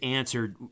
answered